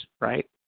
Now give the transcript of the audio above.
right